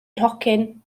nhocyn